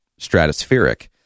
stratospheric